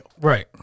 Right